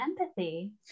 empathy